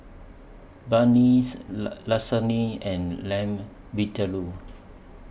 Banh MI Lasagne and Lamb Vindaloo